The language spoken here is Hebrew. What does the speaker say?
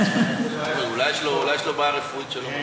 אולי יש לו בעיה רפואית, ?